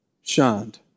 shined